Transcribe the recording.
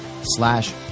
slash